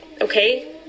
okay